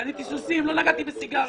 קניתי סוסים, לא נגעתי בסיגריות.